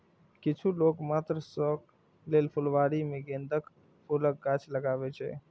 किछु लोक मात्र शौक लेल फुलबाड़ी मे गेंदाक फूलक गाछ लगबै छै